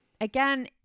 again